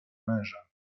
męża